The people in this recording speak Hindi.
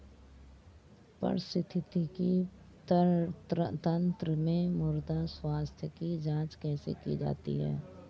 पारिस्थितिकी तंत्र में मृदा स्वास्थ्य की जांच कैसे की जाती है?